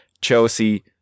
Chelsea